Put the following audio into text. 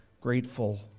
grateful